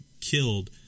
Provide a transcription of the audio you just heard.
killed